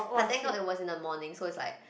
but thank god it was in the morning so it's like